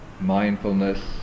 mindfulness